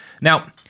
Now